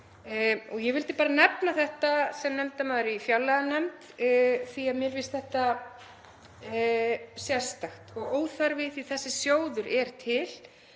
Ég vildi bara nefna þetta sem nefndarmaður í fjárlaganefnd því að mér finnst þetta sérstakt og óþarfi þar sem þessi sjóður er til